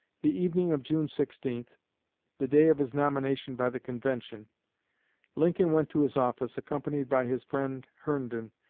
the evening of june sixteen the day of his nomination by the convention lincoln went to his office, accompanied by his friend herndon,